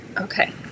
Okay